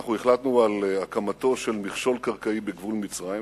אנחנו החלטנו על הקמתו של מכשול קרקעי בגבול מצרים,